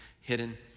hidden